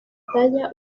batalla